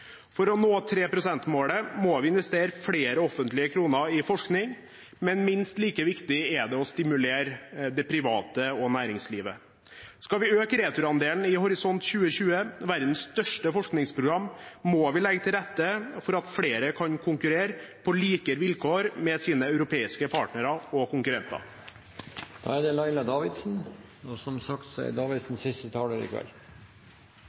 For å nå 3 pst.-målet må vi investere flere offentlige kroner i forskning, men minst like viktig er det å stimulere det private og næringslivet. Skal vi øke returandelen i Horisont 2020, verdens største forskningsprogram, må vi legge til rette for at flere kan konkurrere på like vilkår med sine europeiske partnere og konkurrenter. Neste taler er representanten Laila Davidsen, som er